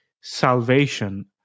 salvation